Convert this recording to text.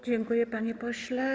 Dziękuję, panie pośle.